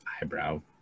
eyebrow